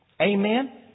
Amen